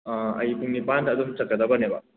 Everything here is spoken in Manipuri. ꯑꯥ ꯑꯩ ꯄꯨꯡ ꯅꯤꯄꯥꯜꯗ ꯑꯗꯨꯝ ꯆꯠꯀꯗꯕꯅꯦꯕ